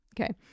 Okay